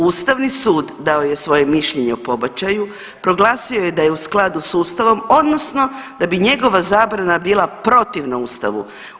Ustavni sud dao je svoje mišljenje o pobačaju, proglasio je da je u skladu s Ustavom odnosno da bi njegova zabrana bila protivna Ustavu.